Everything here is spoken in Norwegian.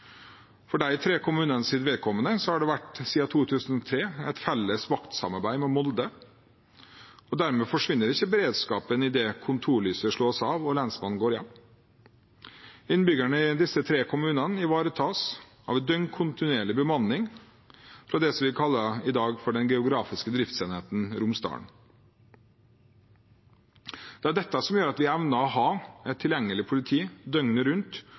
For de tre kommunenes vedkommende har det siden 2003 vært et felles vaktsamarbeid med Molde. Dermed forsvinner ikke beredskapen idet kontorlyset slås av og lensmannen går hjem. Innbyggerne i disse tre kommunene ivaretas av en døgnkontinuerlig bemanning fra det som vi i dag kaller «Geografisk driftsenhet Romsdal». Det er dette som gjør at vi evner å ha et tilgjengelig politi døgnet rundt